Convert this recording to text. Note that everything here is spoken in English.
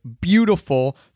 beautiful